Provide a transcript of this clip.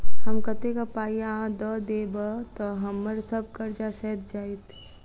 हम कतेक पाई आ दऽ देब तऽ हम्मर सब कर्जा सैध जाइत?